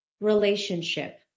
relationship